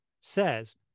says